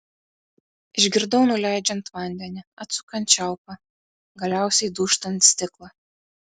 išgirdau nuleidžiant vandenį atsukant čiaupą galiausiai dūžtant stiklą